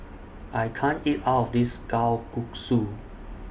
I can't eat All of This Kalguksu